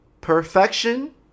Perfection